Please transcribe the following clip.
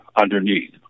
underneath